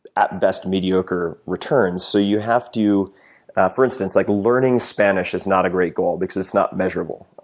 at best, mediocre returns. so you have to for instance, like learning spanish is not a great goal because it's not measurable.